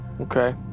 Okay